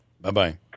Bye-bye